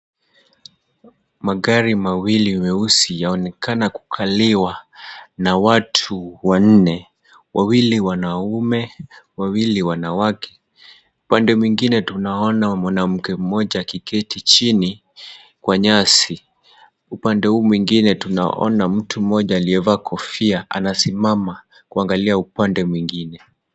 Magari mawili meusi yaonekana kukaliwa na watu wanne, wawili wanaume wawili wanawake. Upande mwingine tunaona mwanamke mmoja akiketi chini kwa nyasi. Upande huu mwingine tunaona mtu mmoja aliyevaa kofia anasimama kuangalia upande mwingine.